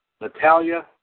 Natalia